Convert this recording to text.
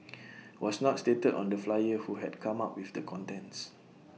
was not stated on the flyer who had come up with the contents